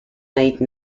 mate